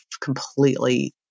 completely